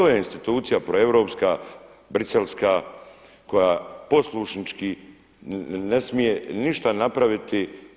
To je institucija proeuropska, briselska koja poslušnički ne smije ništa napraviti.